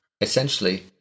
Essentially